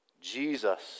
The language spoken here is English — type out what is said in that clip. Jesus